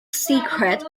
secret